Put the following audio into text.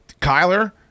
Kyler